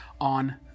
on